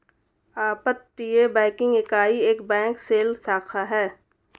अपतटीय बैंकिंग इकाई एक बैंक शेल शाखा है